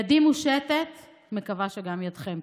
ידי מושטת, ומקווה שגם ידכם.